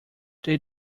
they